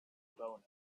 boner